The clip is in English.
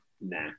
Nah